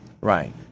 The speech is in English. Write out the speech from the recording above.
Right